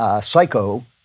Psycho